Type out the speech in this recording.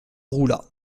roula